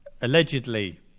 Allegedly